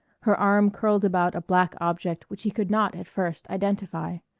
her arm curled about a black object which he could not at first identify.